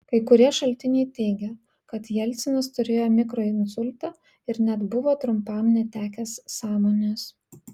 kai kurie šaltiniai teigia kad jelcinas turėjo mikroinsultą ir net buvo trumpam netekęs sąmonės